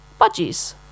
budgies